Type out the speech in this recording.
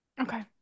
Okay